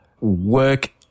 work